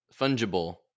Fungible